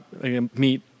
meet